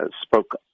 spoke